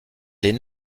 les